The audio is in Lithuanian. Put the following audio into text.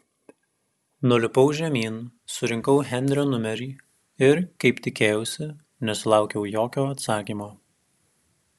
nulipau žemyn surinkau henrio numerį ir kaip tikėjausi nesulaukiau jokio atsakymo